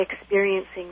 experiencing